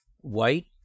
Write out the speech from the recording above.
white